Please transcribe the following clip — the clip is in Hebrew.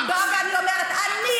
מה את עשית?